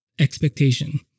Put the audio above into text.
Expectation